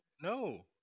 no